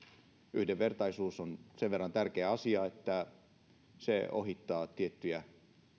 yhdenvertaisuus on sen verran tärkeä asia että se ohittaa tiettyjä